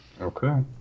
Okay